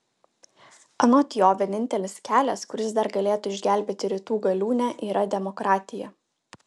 anot jo vienintelis kelias kuris dar galėtų išgelbėti rytų galiūnę yra demokratija